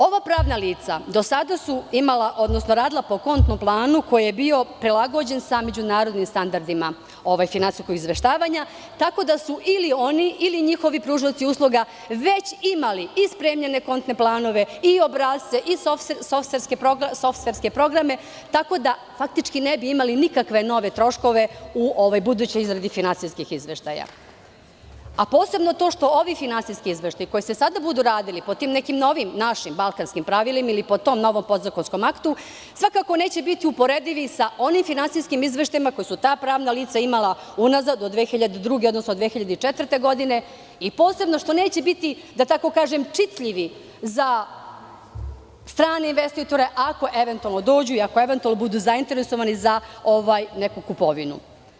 Ova pravna lica do sada su radila po kontnom planu koji je bio prilagođen međunarodnim standardima finansijskog izveštavanja, tako da su ili oni ili njihovi pružaoci usluga već imali i spremljene kontne planove i obrasce i softverske programe, tako da faktički ne bi imali nikakve nove troškove u budućoj izradi finansijskih izveštaja, a posebno to što ovi finansijski izveštaji koji se sada budu radili, po tim nekim novim našim balkanskim pravilima ili po tom novom podzakonskom aktu, svakako neće biti uporedivi sa onim finansijskim izveštajima koja su ta pravna lica imala unazad od 2002. godine, odnosno 2004. godine,i posebno što neće biti, da tako kažem, čitljivi za strane investitore, ako eventualno dođu i ako eventualno budu zainteresovani za neku kupovinu.